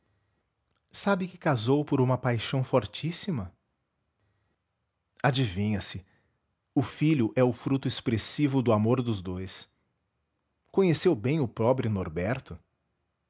sabe que casou por uma paixão fortíssima www nead unama br adivinha-se o filho é o fruto expressivo do amor dos dous conheceu bem o meu pobre norberto